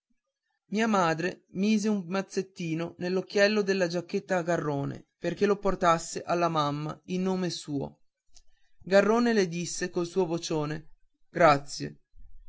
mia madre mise un mazzettino nell'occhiello della giacchetta a garrone perché lo portasse alla mamma in nome suo garrone le disse col suo vocione grazie